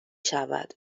شود